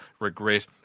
regret